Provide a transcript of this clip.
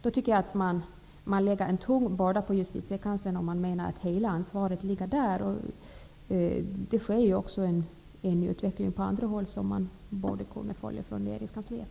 Då lägger man en tung börda på Justitiekanslern om man menar att hela ansvaret ligger där. Det sker ju också en utveckling på andra håll som borde kunna följas från regeringskansliet.